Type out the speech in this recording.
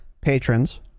patrons